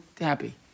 happy